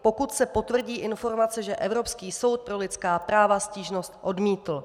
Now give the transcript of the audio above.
Pokud se potvrdí informace, že Evropský soud pro lidská práva stížnost odmítl.